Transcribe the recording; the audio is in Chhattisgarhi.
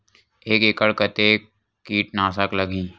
एक एकड़ कतेक किट नाशक लगही?